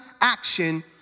action